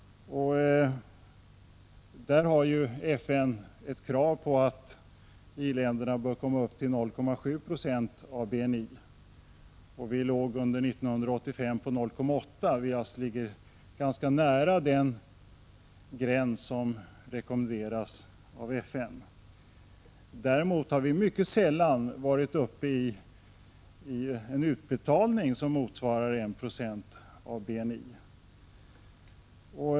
Där har FN ett krav på att i-länderna skall komma upp till 0,7 70 av BNI. Vi låg under 1985 på 0,8 20. Vi ligger alltså ganska nära den gräns som rekommenderas av FN. Däremot har vi mycket sällan varit uppe i en utbetalning som motsvarar 1 9 av BNI.